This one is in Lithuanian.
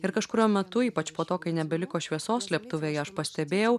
ir kažkuriuo metu ypač po to kai nebeliko šviesos slėptuvėje aš pastebėjau